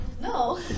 No